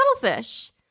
cuttlefish